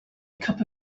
cup